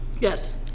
Yes